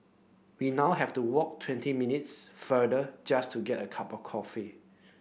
we now have to walk twenty minutes further just to get a cup of coffee